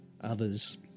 others